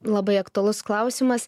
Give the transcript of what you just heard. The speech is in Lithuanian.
labai aktualus klausimas